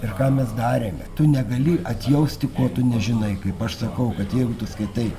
ir ką mes darėme tu negali atjausti ko tu nežinai kaip aš sakau kad jeigu tu skaitai